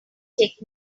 take